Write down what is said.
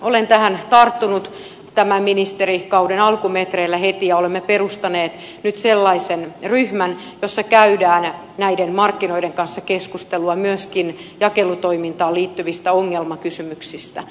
olen tähän tarttunut tämän ministerikauden alkumetreillä heti ja olemme perustaneet nyt sellaisen ryhmän jossa käydään näiden markkinoiden kanssa keskustelua myöskin jakelutoimintaan liittyvistä ongelmakysymyksistä